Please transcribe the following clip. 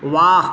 वाह